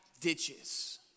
ditches